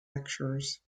lectures